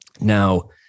Now